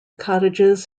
cottages